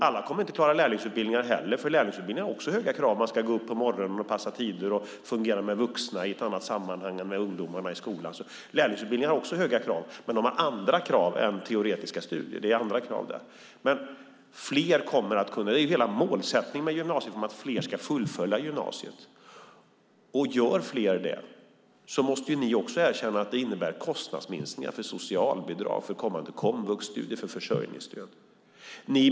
Alla kommer inte att klara lärlingsutbildningarna heller eftersom de också har höga krav. Man ska gå upp på morgonen, passa tider och fungera med vuxna i ett annat sammanhang och inte bara med ungdomarna i skolan. Lärlingsutbildningarna har också höga krav, men de har andra krav än teoretiska studier. Hela målsättningen med gymnasieutbildningen är att fler ska fullfölja gymnasiet. Om fler gör det måste ni också erkänna att det innebär kostnadsminskningar för komvuxstudier och för försörjningsstöd.